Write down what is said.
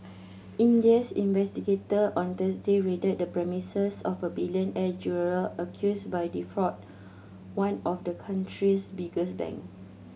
Indians investigator on Thursday raided the premises of a billionaire jeweller accused of defraud one of the country's biggest bank